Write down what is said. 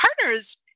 partners